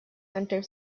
enters